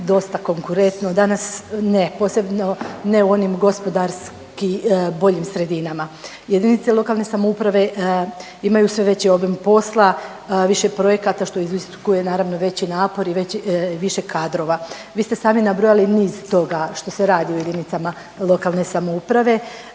dosta konkurentno, danas ne, posebno ne u onim gospodarski boljim sredinama. Jedinice lokalne samouprave imaju sve veći obim posla, više projekata što iziskuje naravno veći napor i više kadrova. Vi ste sami nabrojali niz toga što se radi u jedinicama lokalne samouprave.